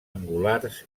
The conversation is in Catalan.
angulars